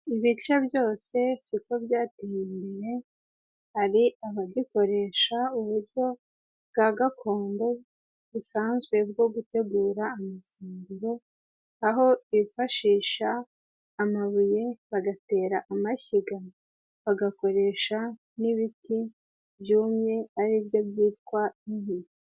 Ibice byose siko byateye imbere hari abagikoresha uburyo bwa gakondo busanzwe bwo gutegura amafunguro, aho bifashisha amabuye bagatera amashyiga bagakoresha n'ibiti byumye ari byo byitwa inkwi.